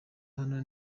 hano